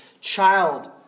child